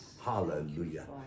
hallelujah